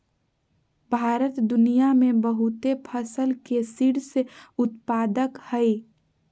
भारत दुनिया में बहुते फसल के शीर्ष उत्पादक हइ